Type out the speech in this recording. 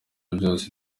byose